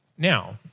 Now